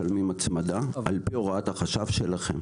משלמים הצמדה על פי הוראת החשב שלכם.